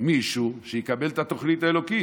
מישהו שיקבל את התוכנית האלוקית,